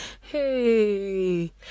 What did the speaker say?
hey